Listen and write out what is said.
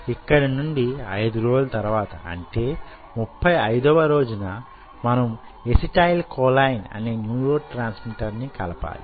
ఇక్కడ నుండి 5 రోజుల తరువాత అంటే 35వ రోజున మనము ఎసిటైల్ కొలైన్ అనే న్యూరో ట్రాన్స్మిటర్ ను కలపాలి